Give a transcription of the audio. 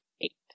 eight